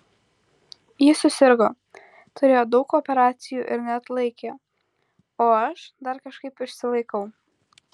ji susirgo turėjo daug operacijų ir neatlaikė o aš dar kažkaip išsilaikau